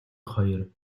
хоёр